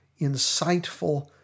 insightful